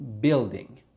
building